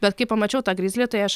bet kai pamačiau tą grizlį tai aš